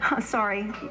Sorry